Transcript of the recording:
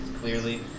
Clearly